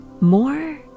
more